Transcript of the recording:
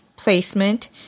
Placement